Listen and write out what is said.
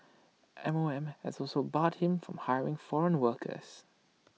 M O M has also barred him from hiring foreign workers